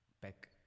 back